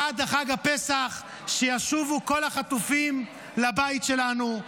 -- עד חג הפסח שישובו כל החטופים לבית שלנו,